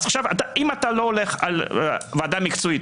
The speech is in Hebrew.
אם אתה לא הולך על ועדה מקצועית,